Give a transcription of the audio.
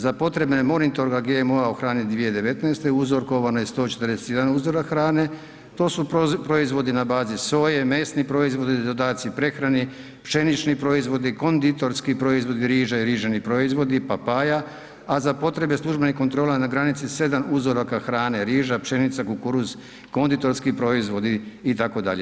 Za potrebe monitoringa GMO-a u hrani 2019. uzorkovano je 141 uzorak hrane, to su proizvodi na bazi soje, mesni proizvodi, dodaci prehrani, pšenični proizvodi, konditorski proizvodi, riža i rižini proizvodi, papaja, a za potrebe službenih kontrola na granici, 7 uzoraka hrane, riža, pšenica, kukuruz, konditorski proizvodi, itd.